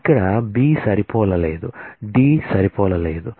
ఇక్కడ B సరిపోలలేదు D సరిపోలలేదు